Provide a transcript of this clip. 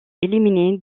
éliminée